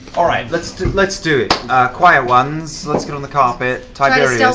all right, let's do let's do it. quiet ones, let's get on the carpet. tiberius?